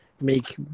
make